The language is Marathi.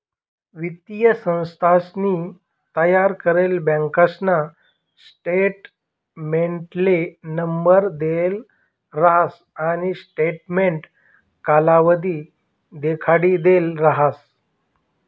वित्तीय संस्थानसनी तयार करेल बँकासना स्टेटमेंटले नंबर देल राहस आणि स्टेटमेंट कालावधी देखाडिदेल राहस